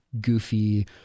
goofy